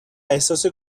احساس